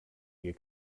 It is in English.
you